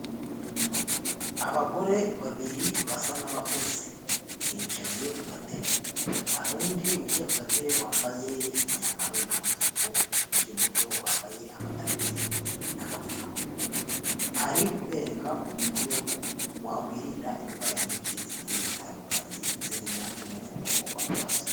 Abagore babiri basa n'abakuze, bicaye ku gatebe, hari undi wicaye ku gatebe wambaye imyambaro y'umutuku ukiri muto wambaye amadarubindi n'agapfukamunwa, ari kubereka uburyo wakwirinda indwara nyinshi zigiye zitandukanye zirimo n'umuvuduko w'amaraso.